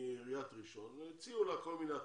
מעיריית ראשון לציון, הציעו לה כל מיני הטבות,